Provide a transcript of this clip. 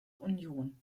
union